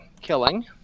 killing